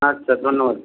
আচ্ছা ধন্যবাদ